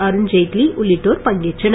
அருண்ஜெய்ட்லி உள்ளிட்டோர் பங்கேற்றனர்